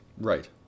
right